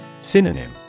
Synonym